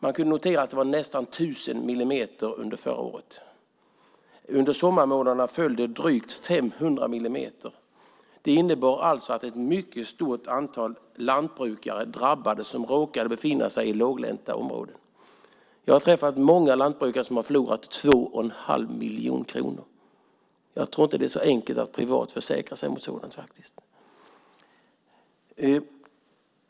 Man kunde notera att det var nästan 1 000 millimeter under förra året. Under sommarmånaderna föll det drygt 500 millimeter. Detta innebar att ett mycket stort antal lantbrukare drabbades som råkade befinna sig i låglänta områden. Jag har träffat många lantbrukare som har förlorat 2 1⁄2 miljon kronor. Jag tror inte att det är så enkelt att privatförsäkra sig mot sådant.